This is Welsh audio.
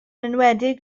enwedig